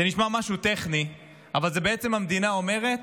זה נשמע משהו טכני, אבל בעצם המדינה אומרת: